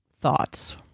thoughts